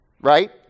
right